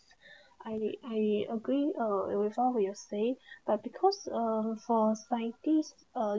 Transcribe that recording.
I I agree uh it was obviously but because uh for scientists uh